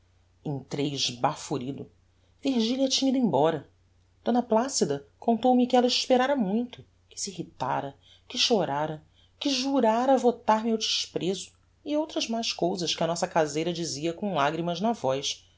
entrei esbaforido virgilia tinha ido embora d placida contou-me que ella esperára muito que se irritara que chorara que jurára votar me ao desprezo e outras mais cousas que a nossa caseira dizia com lagrimas na voz